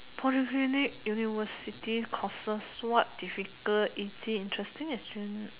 Polyclinic university courses what difficult is it interesting is it